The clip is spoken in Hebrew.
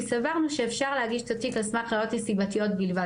כי סברנו שאפשר להגיש את התיק על סמך נסיבות ראייתיות בלבד,